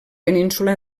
península